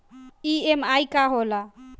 EMI का होला?